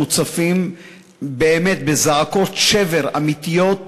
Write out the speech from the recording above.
מוצפים באמת בזעקות שבר אמיתיות